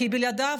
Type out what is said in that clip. כי בלעדיו,